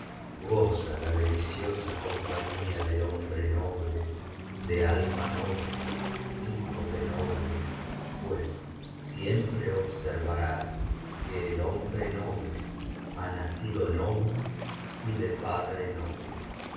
la deliciosa compañía del hombre noble de alma noble hijo de noble pues siempre observarás que el hombre noble ha nacido noble y de padre noble